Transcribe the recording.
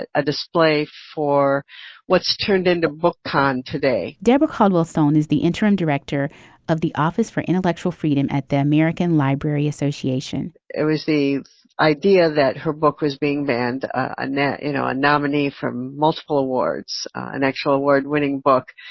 a display for what turned into a book card today deb caldwell stone is the interim director of the office for intellectual freedom at the american library association it was the idea that her book was being banned. annette you know a nominee from multiple awards an actual award winning book